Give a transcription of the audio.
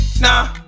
nah